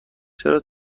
چرا